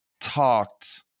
talked